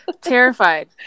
Terrified